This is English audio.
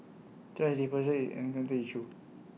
thrash disposal is an environmental issue